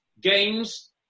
games